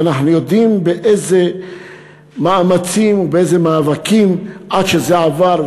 אנחנו יודעים איזה מאמצים ואיזה מאבקים עד שזה עבר,